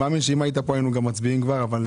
מאמין שאם היית פה, היינו מצביעים כבר.